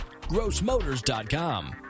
GrossMotors.com